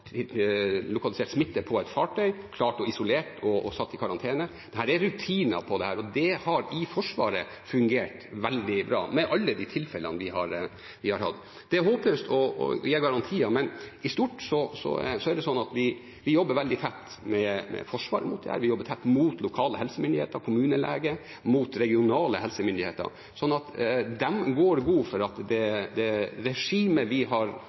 lokalisert smitte på et fartøy og klart å isolere og satt i karantene. Det er rutiner for dette, og det har fungert veldig bra i Forsvaret, med alle de tilfellene vi har hatt. Det er håpløst å gi garantier, men i stort jobber vi veldig tett med Forsvaret med dette, vi jobber tett med lokale helsemyndigheter, kommunelege og regionale helsemyndigheter. De går god for at det regimet vi har